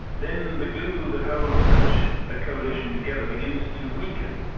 then the glue that holds such a coalition together begins to weaken,